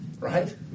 right